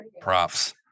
Props